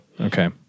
Okay